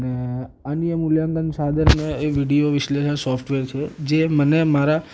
અને અન્ય મૂલ્યાંકન સાધનોને વિડીયો વિશ્લેષણ સૉફ્ટવેર છે